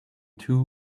two